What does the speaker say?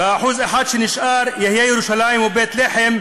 ו-1% שנשאר יהיה ירושלים ובית-לחם,